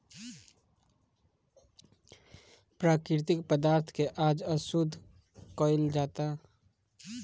प्राकृतिक पदार्थ के आज अशुद्ध कइल जाता